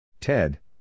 Ted